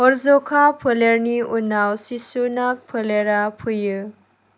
हरज'खा फोलेरनि उनाव शिशुनाग फोलेरा फैयो